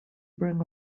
brain